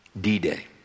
D-Day